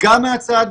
גם מהצד